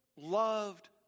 Loved